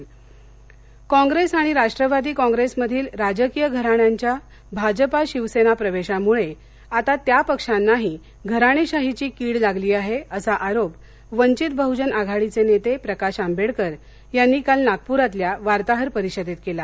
आंबेडकर कॉप्रेस आणि राष्ट्रवादी कॉप्रेस मधील राजकीय घराण्यांच्या भाजपा शिवसेना प्रवेशामुळे आता त्या पक्षांनाही घराणेशाहीची कीड लागली आहे असा आरोप वंचित बहुजन आघाडीचे नेते प्रकाश आंबेडकर यांनी काल नागपुरातल्या वार्ताहर परिषदेत केला